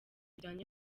bijyanye